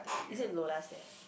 is it Lola's there